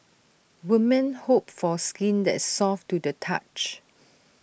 women hope for skin that is soft to the touch